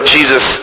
Jesus